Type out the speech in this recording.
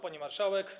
Pani Marszałek!